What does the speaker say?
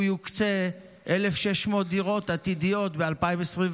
יוקצה לקניית 1,600 דירות עתידיות ב-2024.